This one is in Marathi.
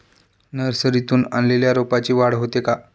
नर्सरीतून आणलेल्या रोपाची वाढ होते का?